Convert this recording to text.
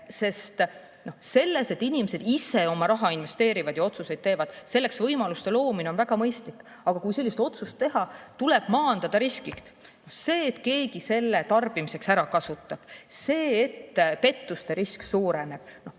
loomine, et inimesed ise oma raha investeerivad ja otsuseid teevad, on väga mõistlik, aga kui sellist otsust teha, tuleb maandada riskid. See, et keegi selle [raha] tarbimiseks ära kasutab, see, et pettuste risk suureneb –